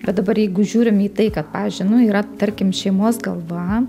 bet dabar jeigu žiūrim į tai kad pavyzdžiui nu yra tarkim šeimos galva